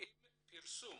אם פרסום